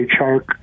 Chark